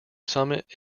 summit